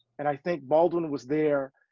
and i think baldwin was there,